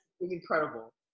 incredible